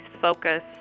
focus